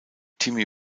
timmy